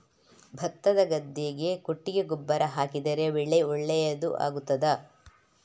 ಭತ್ತದ ಗದ್ದೆಗೆ ಕೊಟ್ಟಿಗೆ ಗೊಬ್ಬರ ಹಾಕಿದರೆ ಬೆಳೆ ಒಳ್ಳೆಯದು ಆಗುತ್ತದಾ?